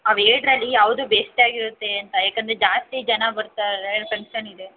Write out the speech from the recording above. ಅವು ಎರಡರಲ್ಲಿ ಯಾವುದು ಬೇಸ್ಟ್ ಆಗಿರುತ್ತೆ ಅಂತ ಯಾಕಂದರೆ ಜಾಸ್ತಿ ಜನ ಬರ್ತಾರೆ ಫಂಕ್ಷನ್ ಇದೆ